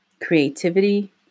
creativity